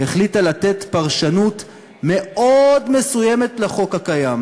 החליטה לתת פרשנות מאוד מסוימת לחוק הקיים,